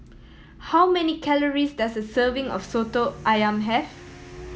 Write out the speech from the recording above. how many calories does a serving of Soto Ayam have